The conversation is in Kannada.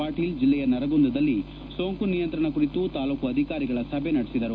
ಪಾಟೀಲ್ ಜಿಲ್ಲೆಯ ನರಗುಂದದಲ್ಲಿ ಸೋಂಕು ನಿಯಂತ್ರಣ ಕುರಿತು ತಾಲೂಕು ಅಧಿಕಾರಿಗಳ ಸಭೆ ನಡೆಸಿದರು